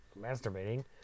masturbating